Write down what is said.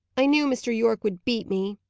i knew mr. yorke would beat me.